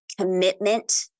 commitment